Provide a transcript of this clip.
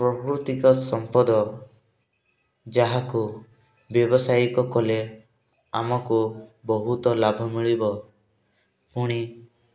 ପ୍ରାକୃତିକ ସମ୍ପଦ ଯାହାକୁ ବ୍ୟବସାୟିକ କଲେ ଆମକୁ ବହୁତ ଲାଭ ମିଳିବ ପୁଣି